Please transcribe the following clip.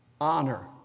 honor